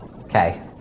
okay